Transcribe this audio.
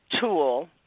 tool